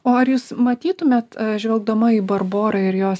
o ar jūs matytumėt žvelgdama į barborą ir jos